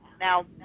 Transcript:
Now